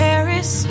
Paris